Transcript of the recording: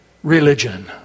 religion